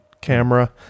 camera